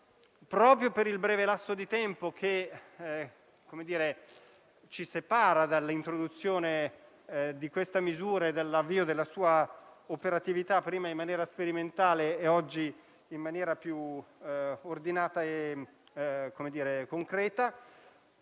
proprio per il breve lasso di tempo che ci separa dall'introduzione di questa misura e dall'avvio della sua operatività, prima in maniera sperimentale e oggi più ordinata e concreta,